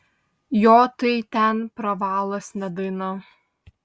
jo tai ten pravalas ne daina